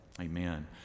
amen